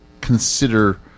consider